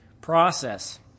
process